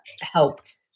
helped